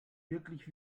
wirklich